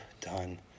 done